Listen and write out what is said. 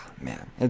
Man